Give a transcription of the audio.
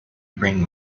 bring